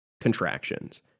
contractions